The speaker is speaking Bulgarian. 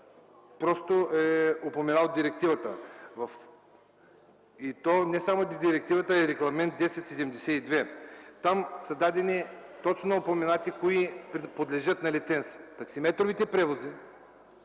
просто е упоменал директивата, и не само нея, а и Регламент № 1072. Там са точно упоменати кои подлежат на лиценз. Таксиметровите превози